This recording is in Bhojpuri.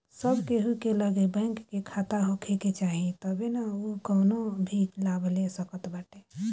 सब केहू के लगे बैंक में खाता होखे के चाही तबे नअ उ कवनो भी लाभ ले सकत बाटे